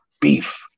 beef